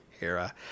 era